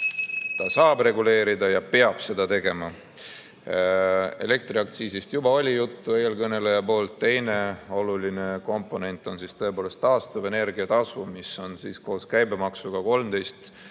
ta saab reguleerida ja peab seda tegema. Elektriaktsiisist juba oli juttu eelkõneleja poolt. Teine oluline komponent on tõepoolest taastuvenergia tasu, mis on koos käibemaksuga 13